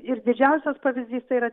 ir didžiausias pavyzdys tai yra